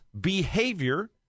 behavior